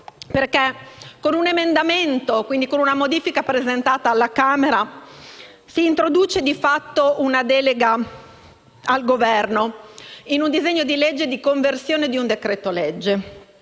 perché con un emendamento, e quindi con una modifica presentata alla Camera, si introduce di fatto una delega al Governo in un disegno di legge di conversione di un decreto-legge.